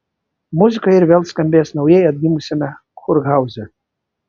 muzika ir vėl skambės naujai atgimusiame kurhauze